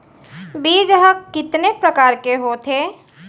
बीज ह कितने प्रकार के होथे?